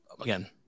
again